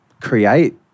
create